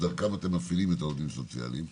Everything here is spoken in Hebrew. שדרכם אתם מפעילים את העובדים הסוציאליים,